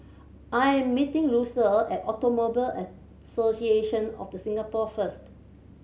I am meeting Lucille at Automobile Association of The Singapore first